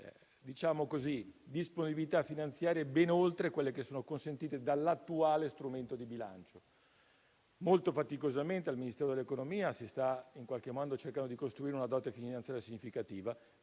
richiederebbe disponibilità finanziarie ben oltre quelle consentite dall'attuale strumento di bilancio. Molto faticosamente al Ministero dell'economia e delle finanze si sta cercando di costruire una dote finanziaria significativa;